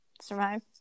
survive